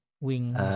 Wing